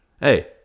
hey